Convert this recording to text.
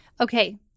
Okay